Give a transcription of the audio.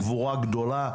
גבורה גדולה,